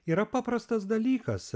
yra paprastas dalykas